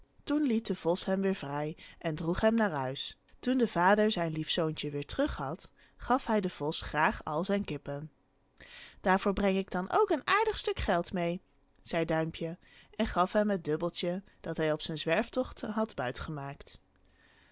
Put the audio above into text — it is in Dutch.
toen liet de vos hem weêr vrij en droeg hem naar huis toen de vader zijn lief zoontje weêr terug had gaf hij den vos graâg al zijn kippen daarvoor breng ik dan ook een aardig stuk geld mee zei duimpje en gaf hem het dubbeltje dat hij op zijn zwerftocht had